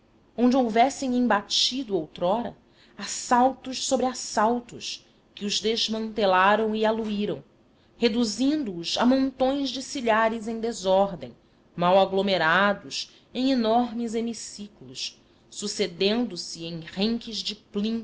onde houvessem embatido outrora assaltos sobre assaltos que os desmantelaram e aluíram reduzindo os a montões de silhares em desordem mal aglomerados em enormes hemiciclos sucedendo se em renques de